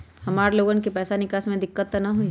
हमार लोगन के पैसा निकास में दिक्कत त न होई?